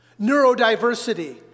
neurodiversity